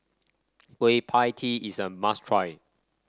Kueh Pie Tee is a must try